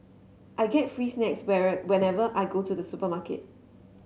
I get free snacks whenever I go to the supermarket